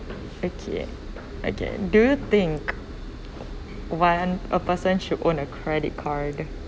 okay okay do you think why a person should own a credit card